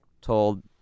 told